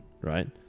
right